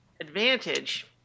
Advantage